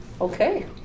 Okay